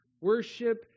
Worship